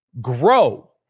grow